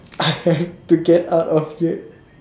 to get out of here